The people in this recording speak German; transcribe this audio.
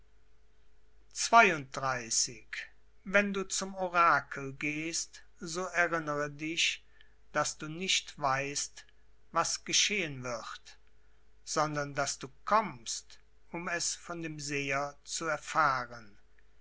wenn du zum orakel gehst so erinnere dich daß du nicht weißt was geschehen wird sondern daß du kommst um es von dem seher zu erfahren